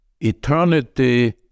eternity